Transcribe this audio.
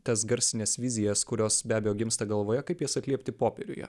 tas garsines vizijas kurios be abejo gimsta galvoje kaip jas atliepti popieriuje